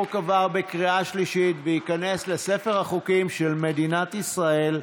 החוק עבר בקריאה שלישית וייכנס לספר החוקים של מדינת ישראל.